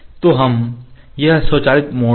तो हम यह स्वचालित मोड है